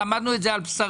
למדנו את זה על בשרנו.